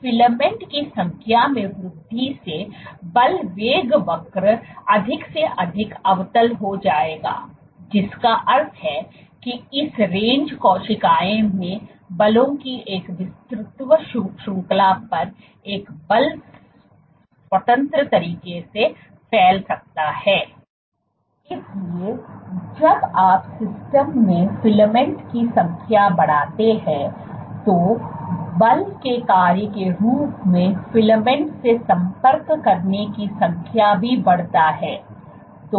filament की संख्या में वृद्धि से बल वेग वक्र अधिक से अधिक अवतल हो जाएगा जिसका अर्थ है कि इस रेंज कोशिकाओं में बलों की एक विस्तृत श्रृंखला पर एक बल स्वतंत्र तरीके से फैल सकता है इसलिए जब आप सिस्टम में फिलामेंट की संख्या बढ़ाते हैं तो बल के कार्य के रूप में फिलामेंट से संपर्क करने की संख्या भी बढ़ता है